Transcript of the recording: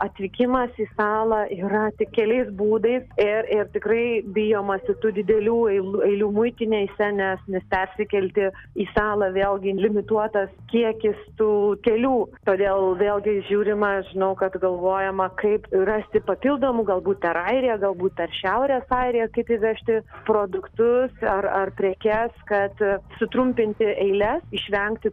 atvykimas į salą yra tik keliais būdais ir ir tikrai bijomasi tų didelių eil eilių muitineise nes nes persikelti į salą vėlgi limituotas kiekis tų kelių todėl vėlgi žiūrima žinau kad galvojama kaip rasti papildomų galbūt per airiją galbūt ar šiaurės airija kaip įvežti produktus ar ar prekes kad sutrumpinti eiles išvengti